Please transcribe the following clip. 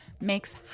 makes